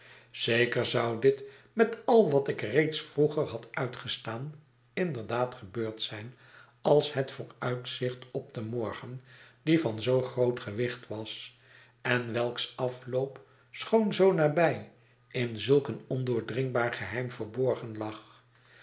zeker zou dit met al wat ik reeds vroeger had uitgestaan inderdaad gebeurd zijn als het vooruitzicht op den morgen die van zoo groot gewicht was en welks afloop schoon zoo nabij in zulk een ondoordringbaargeheim verborgen lag